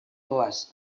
goaz